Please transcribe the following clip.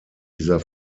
dieser